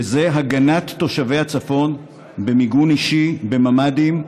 וזה הגנת תושבי הצפון במיגון אישי, בממ"דים,